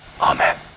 Amen